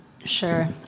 Sure